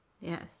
Yes